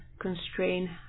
constrain